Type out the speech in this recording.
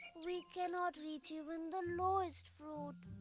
we cannot reach even the lowest fruit.